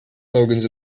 slogans